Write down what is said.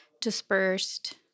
dispersed